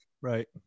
right